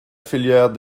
filière